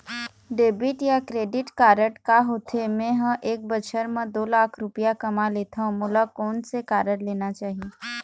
Debit या credit card का होथे, मे ह एक बछर म दो लाख रुपया कमा लेथव मोला कोन से कारड लेना चाही?